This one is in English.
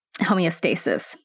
homeostasis